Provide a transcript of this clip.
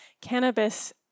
cannabis